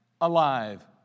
alive